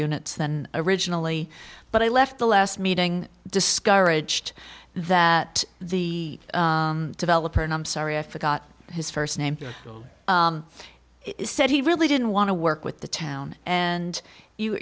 units than originally but i left the last meeting discouraged that the developer and i'm sorry i forgot his st name said he really didn't want to work with the town and you